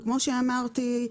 וכמו שאמרתי,